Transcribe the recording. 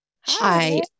hi